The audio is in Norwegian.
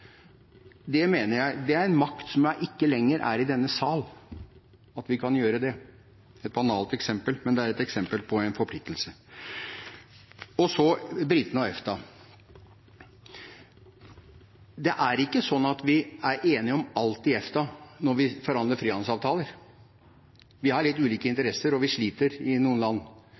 Det at vi kan gjøre det, mener jeg er en makt som ikke lenger er i denne sal. Det er et banalt eksempel, men det er et eksempel på en forpliktelse. Så til britene og EFTA. Det er ikke sånn at vi er enige om alt i EFTA når vi forhandler frihandelsavtaler. Vi har litt ulike interesser, og vi sliter i noen land.